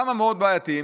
למה מאוד בעייתיים?